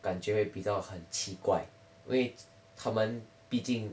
感觉会比较很奇怪因为他们毕竟